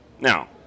Now